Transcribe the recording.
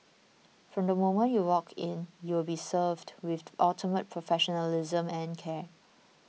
from the moment you walk in you will be served with ultimate professionalism and care